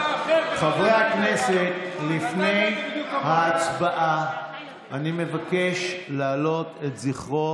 חברי הכנסת, לפני ההצבעה אני מבקש להעלות את זכרו